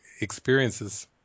experiences